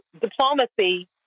diplomacy